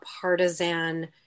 partisan